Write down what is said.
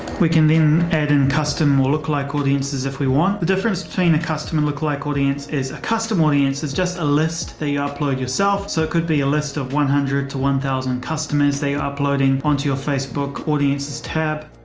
we can then add and custom will look like audiences if we want. the difference customer lookalike audience is a custom. audience has just a list. they upload yourself. so it could be a list of one hundred to one thousand customers they are uploading onto your facebook audience's tab.